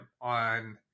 on